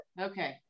Okay